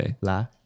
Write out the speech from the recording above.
La